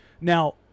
Now